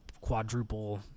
quadruple